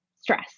stress